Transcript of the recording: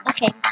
Okay